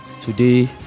today